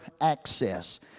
access